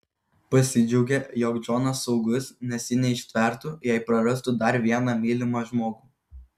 pasidžiaugė jog džonas saugus nes ji neištvertų jei prarastų dar vieną mylimą žmogų